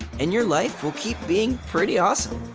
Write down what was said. and your life will keep being pretty awesome.